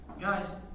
Guys